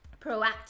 proactive